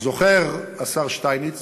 זוכר השר שטייניץ